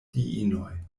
diinoj